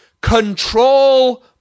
control